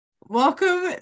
Welcome